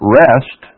rest